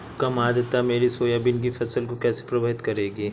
कम आर्द्रता मेरी सोयाबीन की फसल को कैसे प्रभावित करेगी?